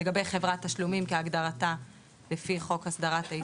לגבי חברת תשלומים כהגדרתה לפי חוק הסדרת העיסוק בשירותי תשלום.